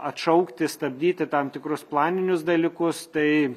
atšaukti stabdyti tam tikrus planinius dalykus tai